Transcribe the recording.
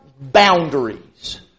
boundaries